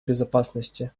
безопасности